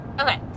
Okay